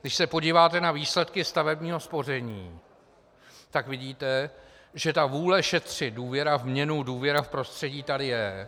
Když se podíváte na výsledky stavebního spoření, tak vidíte, že ta vůle šetřit, důvěra v měnu, důvěra v prostředí tady je.